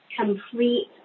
complete